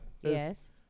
Yes